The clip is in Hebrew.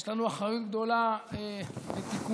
יש לנו אחריות גדולה לתיקון.